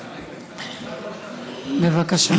בבקשה.